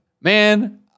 man